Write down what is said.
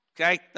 Okay